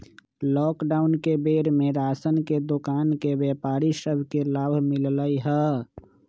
lockdown के बेर में राशन के दोकान के व्यापारि सभ के लाभ मिललइ ह